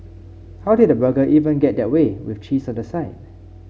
how did the burger even get that way with cheese on the side